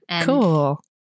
Cool